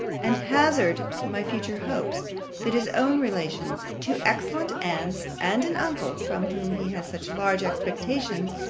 and hazard my future hopes that his own relations, two excellent aunts, and an uncle, from whom he has such large expectations,